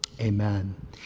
amen